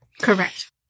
Correct